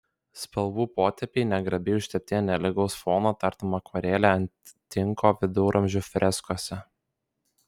spalvų potėpiai negrabiai užtepti ant nelygaus fono tartum akvarelė ant tinko viduramžių freskose